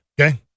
Okay